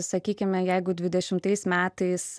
sakykime jeigu dvidešimtais metais